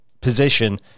position